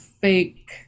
fake